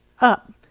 up